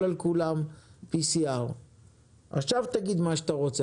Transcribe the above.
על כולם PCR. עכשיו תגיד מה שאתה רוצה,